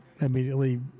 immediately